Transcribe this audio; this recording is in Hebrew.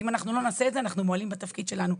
אם אנחנו לא נעשה את זה אנחנו מועלים בתפקיד שלנו,